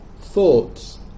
thoughts